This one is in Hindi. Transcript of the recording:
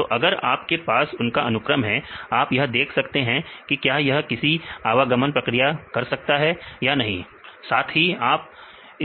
तो अगर आपके पास उनका अनुक्रम है आप यह देख सकते हैं कि क्या यह किसी आवागमन प्रक्रिया कर सकता है या नहीं साथी आप